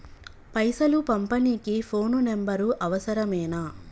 పైసలు పంపనీకి phone number అవసరమేనా?